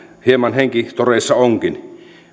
hieman henkitoreissa onkin